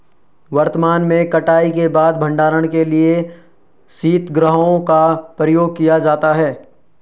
वर्तमान में कटाई के बाद भंडारण के लिए शीतगृहों का प्रयोग किया जाता है